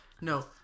no